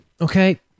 okay